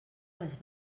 les